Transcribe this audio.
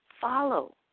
follow